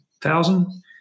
thousand